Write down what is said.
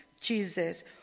Jesus